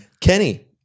Kenny